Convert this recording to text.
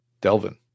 Delvin